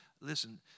listen